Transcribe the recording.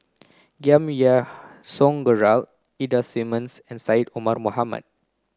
Giam Yean Song Gerald Ida Simmons and Syed Omar Mohamed